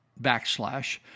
backslash